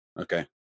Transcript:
Okay